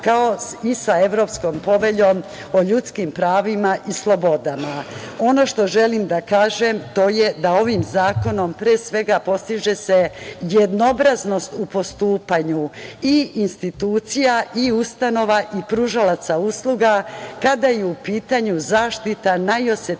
kao i sa Evropskom poveljom o ljudskim pravima i slobodama. Ono što želim da kažem to je da ovim zakonom pre svega postiže se jednobraznost u postupanju i institucija i ustanova i pružalaca usluga kada je u pitanju zaštita najosetljivijih